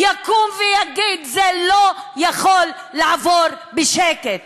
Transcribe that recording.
שיקום ויגיד: זה לא יכול לעבור בשקט.